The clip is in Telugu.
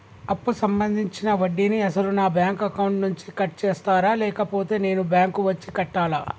అప్పు సంబంధించిన వడ్డీని అసలు నా బ్యాంక్ అకౌంట్ నుంచి కట్ చేస్తారా లేకపోతే నేను బ్యాంకు వచ్చి కట్టాలా?